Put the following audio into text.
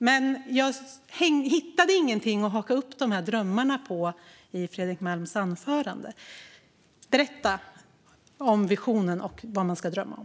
Men jag hittade ingenting att haka upp dessa drömmar på i Fredrik Malms anförande. Berätta om visionen och om vad man ska drömma om!